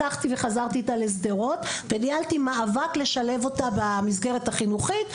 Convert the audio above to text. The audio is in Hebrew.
לקחתי וחזרתי איתה לשדרות וניהלתי מאבק לשלב אותה במסגרת החינוכית.